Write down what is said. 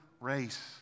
race